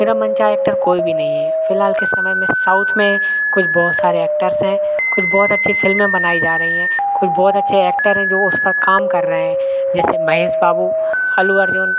मेरा मनचाहा ऐक्टर कोई भी नहीं है फ़िलहाल के समय में साउथ में कुछ बहुत सारे ऐक्टर्स हैं कुछ बहुत अच्छी फ़िल्में बनाई जा रही हैं कुछ बहुत अच्छे ऐक्टर हैं जो उस पर काम कर रहे हैं जैसे महेश बाबू अल्लु अर्जुन